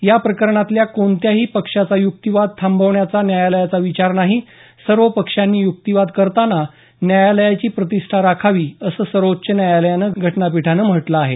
या प्रकरणातल्या कोणत्याही पक्षाचा युक्तिवाद थांबवण्याचा न्यायालयाचा विचार नाही सर्व पक्षांनी युक्तिवाद करताना न्यायालयाची प्रतिष्ठा राखावी असं सर्वोच्च न्यायालयाच्या घटनापीठानं म्हटलं आहे